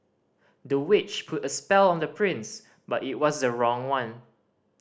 the witch put a spell on the prince but it was the wrong one